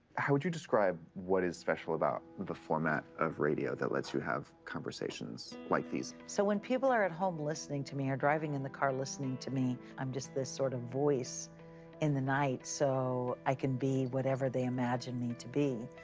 how would you describe what is special about the format of radio that lets you have conversations like these? so, when people are at home listening to me or driving in the car listening to me, i'm just this sort of voice in the night. so i can be whatever they imagine me to do.